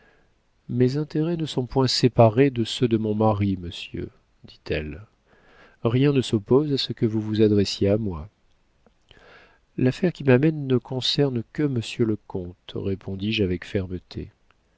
mes intérêts ne sont point séparés de ceux de mon mari monsieur dit-elle rien ne s'oppose à ce que vous vous adressiez à moi l'affaire qui m'amène ne concerne que monsieur le comte répondis-je avec fermeté